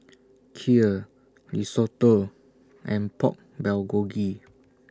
Kheer Risotto and Pork Bulgogi